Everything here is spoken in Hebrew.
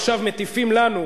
עכשיו מטיפים לנו,